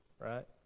Right